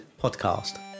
Podcast